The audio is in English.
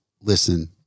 listen